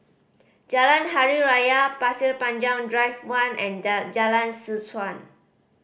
Jalan Hari Raya Pasir Panjang Drive One and Jalan Seh Chuan